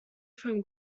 from